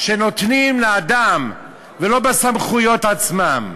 שנותנים לאדם ולא בסמכויות עצמן.